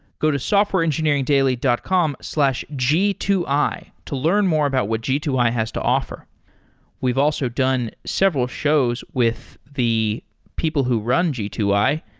go to softwareengineeringdaily dot com slash g two i to learn more about what g two i has to offer we've also done several shows with the people who run g two i,